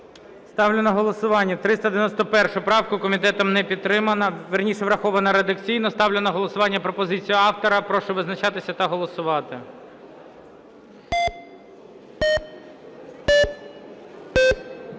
Ставлю на голосування 391 правку. Комітетом не підтримана, вірніше, врахована редакційно. Ставлю на голосування пропозицію автора. Прошу визначатися та голосувати.